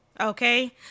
okay